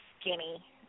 skinny